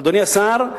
אדוני השר,